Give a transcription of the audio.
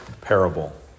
parable